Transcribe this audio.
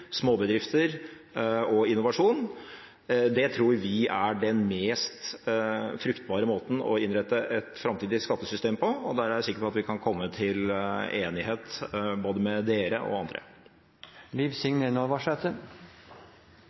småbedrifter og innovasjon, og det tror vi er den mest fruktbare måten å innrette et framtidig skattesystem på. Der er jeg sikker på at vi kan komme til enighet med både Kristelig Folkeparti og andre.